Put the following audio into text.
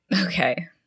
Okay